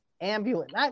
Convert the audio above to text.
ambulance